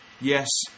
yes